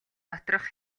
доторх